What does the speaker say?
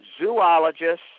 zoologists